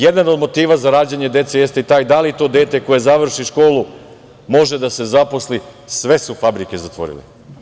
Jedan od motiva za rađanje dece jeste i taj da li to dete koje završi školu može da se zaposli, sve su fabrike zatvorili.